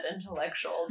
intellectual